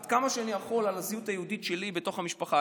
עד כמה שאני יכול על הזהות היהודית שלי בתוך המשפחה.